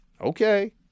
Okay